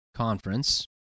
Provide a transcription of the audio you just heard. Conference